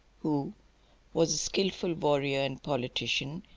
who was a skilful warrior and politician,